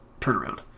turnaround